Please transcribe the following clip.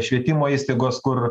švietimo įstaigos kur